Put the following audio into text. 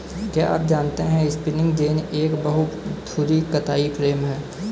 क्या आप जानते है स्पिंनिंग जेनि एक बहु धुरी कताई फ्रेम है?